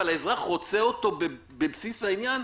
אבל האזרח רוצה אותו בבסיס העניין,